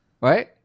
Right